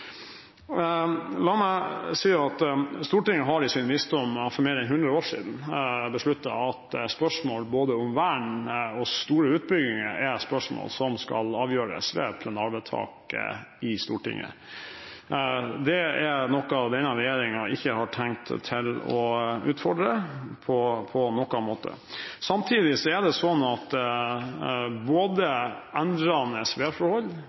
La meg si at Stortinget besluttet i sin visdom for mer enn 100 år siden at spørsmål både om vern og om store utbygginger er spørsmål som skal avgjøres ved plenarvedtak i Stortinget. Det er noe denne regjeringen ikke har tenkt å utfordre på noen måte. Samtidig er det sånn at